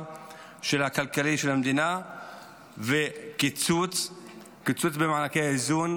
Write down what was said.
הכלכלי של המדינה ועל הקיצוץ במענקי האיזון,